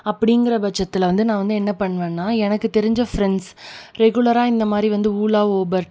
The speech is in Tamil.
அப்படிங்கிற பட்சத்தில் வந்து நான் வந்து என்ன பண்ணுவேன்னால் எனக்கு தெரிஞ்ச ஃப்ரெண்ட்ஸ் ரெகுலராக இந்தமாதிரி வந்து உலா ஊபர்